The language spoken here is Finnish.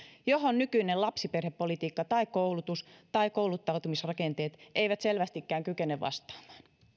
joihin nykyinen lapsiperhepolitiikka tai koulutus tai kouluttautumisrakenteet eivät selvästikään kykene vastaamaan